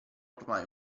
ormai